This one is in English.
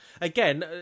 again